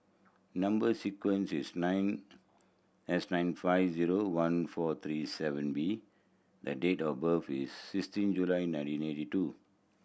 number sequence is nine S nine five zero one four three seven B the date of birth is sixteen July nineteen eighty two